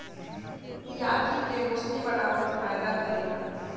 इ आंखी के रोशनी बढ़ावे में फायदा करेला